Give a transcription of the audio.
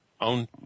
own